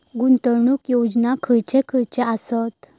गुंतवणूक योजना खयचे खयचे आसत?